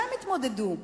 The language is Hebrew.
שהם יתמודדו.